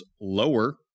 lower